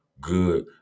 good